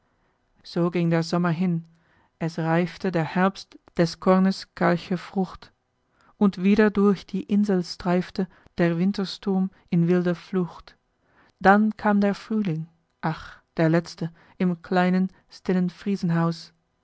so ging der sommer hin es reifte der herbst des kornes karge frucht und wieder durch die insel streifte der wintersturm in wilder flucht dann kam der frühling ach der letzte im kleinen